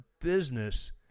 business